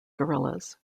gorillas